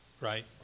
right